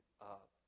up